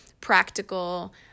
practical